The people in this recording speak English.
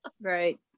right